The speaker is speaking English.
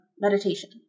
meditation